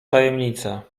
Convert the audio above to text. tajemnica